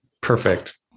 perfect